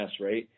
Right